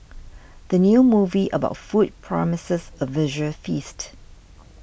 the new movie about food promises a visual feast